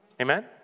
Amen